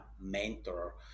mentor